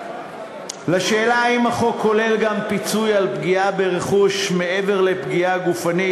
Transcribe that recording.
לגבי השאלה האם החוק כולל גם פיצוי על פגיעה ברכוש מעבר לפגיעה גופנית,